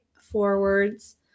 forwards